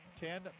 Ten